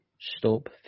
Stop